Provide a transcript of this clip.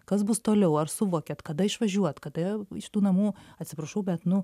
kas bus toliau ar suvokėt kada išvažiuot kada iš tų namų atsiprašau bet nu